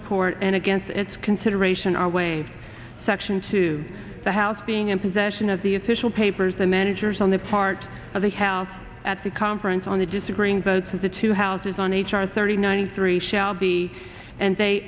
report and against its consideration our way section two the house being in possession of the official papers the managers on the part of the house at the conference on the disagreeing votes of the two houses on h r thirty nine three shelby and they